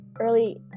early